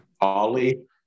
Ollie